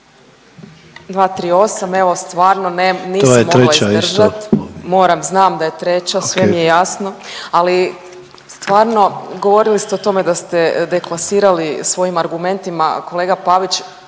To je treća isto./… izdržat, moram, znam da je treća sve mi je jasno, ali stvarno govorili ste o tome da ste deklasirali svojim argumentima, kolega Pavić